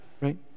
right